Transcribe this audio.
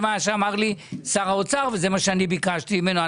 זה מה שאמר לי שר האוצר וזה מה שאני ביקשתי ממנו.